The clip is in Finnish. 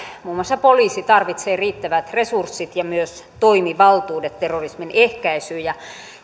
muun muassa poliisi tarvitsevat todellakin riittävät resurssit ja myös toimivaltuudet terrorismin ehkäisyyn ja